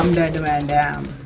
demand down